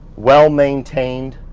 well-maintained